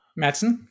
Madsen